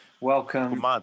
welcome